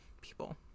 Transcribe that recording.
people